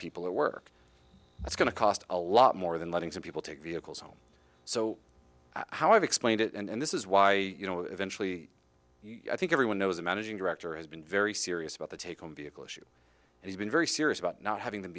people at work that's going to cost a lot more than letting some people take vehicles home so how i've explained it and this is why you know eventually i think everyone knows the managing director has been very serious about the takeover vehicle issue and he's been very serious about not having the